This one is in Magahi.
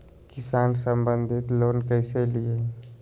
किसान संबंधित लोन कैसै लिये?